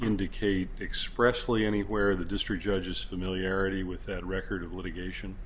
indicate expressly anywhere the district judge is familiarity with that record of litigation